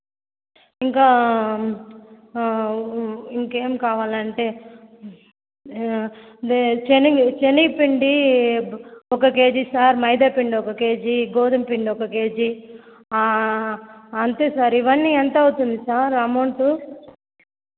ఇంకా ఇంకేం కావాలంటే అదే శెనగ శెనగ పిండి ఒక కేజీ సార్ మైదా పిండి ఒక కేజీ గోధుమ పిండి ఒక కేజీ అంతే సార్ ఇవన్ని ఎంతవుతుంది సార్ అమౌంటు